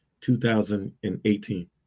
2018